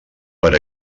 per